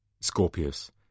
Scorpius